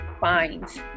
finds